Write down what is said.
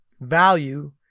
value